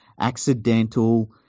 accidental